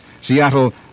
Seattle